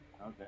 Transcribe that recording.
Okay